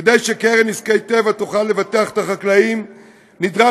כדי שקרן נזקי טבע תוכל לבטח את החקלאים נדרש